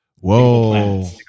whoa